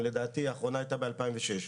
לדעתי האחרונה הייתה ב-2006.